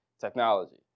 technology